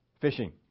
fishing